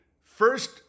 first